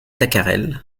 tacarel